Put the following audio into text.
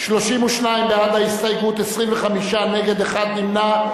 32 בעד ההסתייגות, 25 נגד, אחד נמנע.